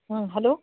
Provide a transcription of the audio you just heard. हं हॅलो